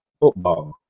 football